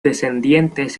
descendientes